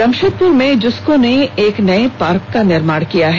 जमशेदपुर में जुसको ने एक नए पार्क का निर्माण कराया है